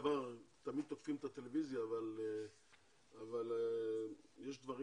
תמיד תוקפים את הטלוויזיה אבל יש דברים